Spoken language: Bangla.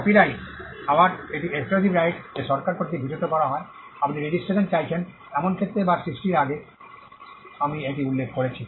কপিরাইট আবার এটি এক্সক্লুসিভ রাইটস যা সরকার কর্তৃক ভূষিত করা হয় আপনি রেজিস্ট্রেশন চাইছেন এমন ক্ষেত্রে বা সৃষ্টির আগে আমি এটি উল্লেখ করেছি